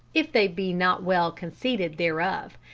if they be not well conceited thereof.